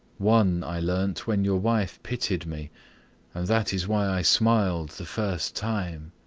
one i learnt when your wife pitied me, and that is why i smiled the first time.